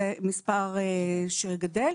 זה מספר שגדל.